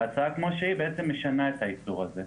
ההצעה כמו שהיא בעצם משנה את האיסור הזה.